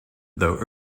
though